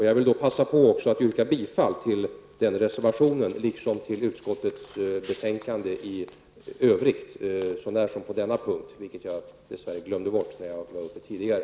Jag vill passa på att också yrka bifall till reservation 6 liksom till utskottets betänkande i övrigt, vilket jag dess värre glömde bort när jag var uppe i talarstolen tidigare.